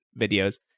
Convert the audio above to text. videos